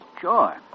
Sure